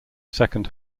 second